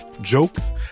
jokes